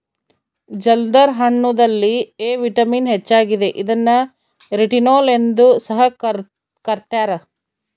ಜಲ್ದರ್ ಹಣ್ಣುದಲ್ಲಿ A vitamin ಹೆಚ್ಚಾಗಿದೆ ಇದನ್ನು ರೆಟಿನೋಲ್ ಎಂದು ಸಹ ಕರ್ತ್ಯರ